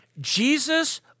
Jesus